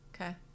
Okay